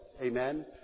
Amen